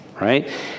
right